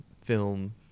film